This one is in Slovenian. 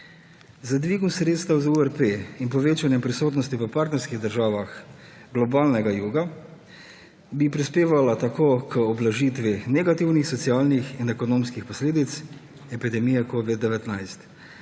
Z dvigom sredstev za URP in povečanjem prisotnosti v partnerskih državah globalnega juga bi prispevala tako k ublažitvi negativnih socialnih in ekonomskih posledic epidemije covid-19.